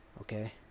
okay